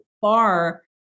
far